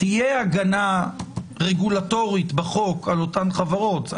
תהיה הגנה רגולטורית בחוק על אותן חברות,